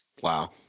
Wow